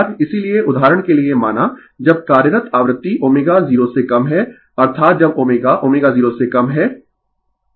इसीलिये उदाहरण के लिए माना जब कार्यरत आवृति ω0 से कम है अर्थात जब ω ω0 से कम है